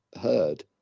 heard